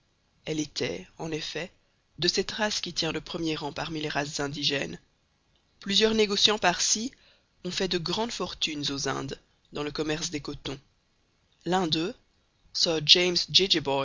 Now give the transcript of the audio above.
elle était en effet de cette race qui tient le premier rang parmi les races indigènes plusieurs négociants parsis ont fait de grandes fortunes aux indes dans le commerce des cotons l'un d'eux sir james